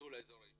נכנסו לאזור האישי,